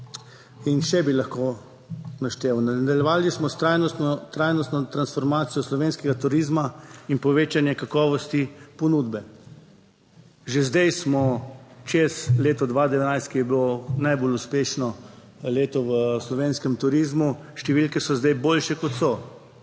in še bi lahko našteval. Nadaljevali smo s trajnostno transformacijo slovenskega turizma in povečanje kakovosti ponudbe. Že zdaj smo čez leto 2011, ki je bilo najbolj uspešno leto v slovenskem turizmu. Številke so zdaj boljše, kot so.